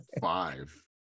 Five